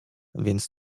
więc